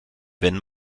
wenn